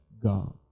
God